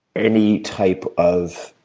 any type of,